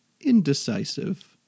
indecisive